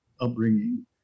upbringing